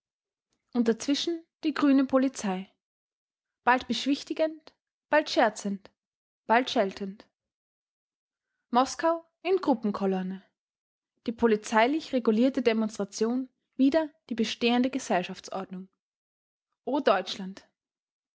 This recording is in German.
und dazwischen die grüne polizei bald beschwichtigend bald scherzend bald scheltend moskau in gruppenkolonne die polizeilich regulierte demonstration wider die bestehende gesellschaftsordnung